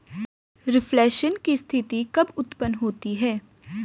Reflation की स्थिति कब उत्पन्न होती है?